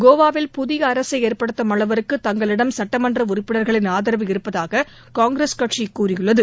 கோவாவில் புதிய அரசை ஏற்படுத்தும் அளவிற்கு தங்களிடம் சட்டமன்ற உறுப்பினர்களின் ஆதரவு இருப்பதாக காங்கிரஸ் கட்சி கூறியுள்ளது